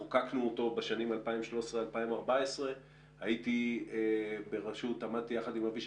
עת חוקקנו בשנים 2014-2013. עמדתי יחד עם אבישי